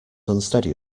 unsteady